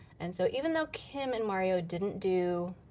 and so even though kim and mario didn't do